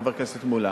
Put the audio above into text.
חבר הכנסת מולה,